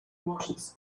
washes